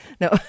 No